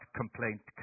complaint